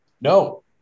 No